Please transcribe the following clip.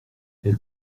elle